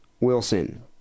Wilson